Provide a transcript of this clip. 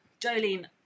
Jolene